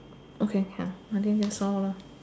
okay can I think that's all lah